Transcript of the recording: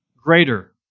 greater